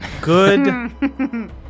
Good